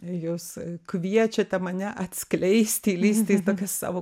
jūs kviečiate mane atskleisti įlįsti į tokį savo